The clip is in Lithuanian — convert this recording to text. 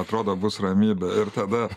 atrodo bus ramybė ir tada